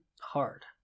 hard